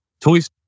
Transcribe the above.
Toys